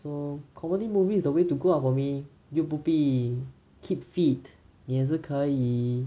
so comedy movie is the way to go ah for me 又不必 keep fit 也是可以